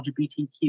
LGBTQ